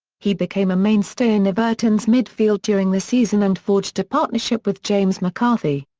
he became a mainstay in everton's midfield during the season and forged a partnership with james mccarthy.